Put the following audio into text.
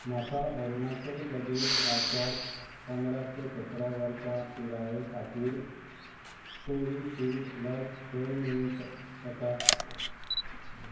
म्हाका अरुणाचल प्रदेश राज्यांत पंदरा ते सतरा वर्सां पिराये खातीर कोविशिल्ड लस खंय मेळूं शक येता